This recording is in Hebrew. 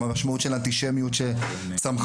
עם המשמעות של אנטישמיות שצמחה,